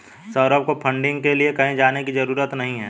सौरभ को फंडिंग के लिए कहीं जाने की जरूरत नहीं है